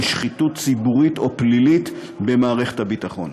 שחיתות ציבורית או פלילית במערכת הביטחון.